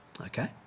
Okay